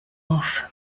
off